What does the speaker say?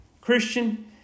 Christian